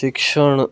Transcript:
શિક્ષણ